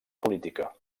política